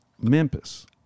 Memphis